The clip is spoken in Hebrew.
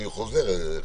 אני חוזר בשבילך,